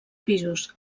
pisos